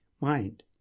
mind